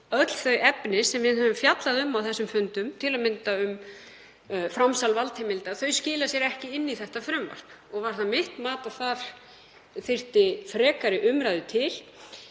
öll þau efni sem við höfum fjallað um á þessum fundum, til að mynda um framsal valdheimilda, þau skila sér ekki inn í þetta frumvarp. Var það mitt mat að þar þyrfti frekari umræðu til.